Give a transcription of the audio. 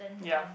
ya